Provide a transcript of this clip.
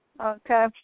Okay